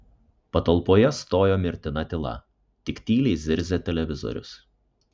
patalpoje stojo mirtina tyla tik tyliai zirzė televizorius